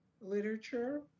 literature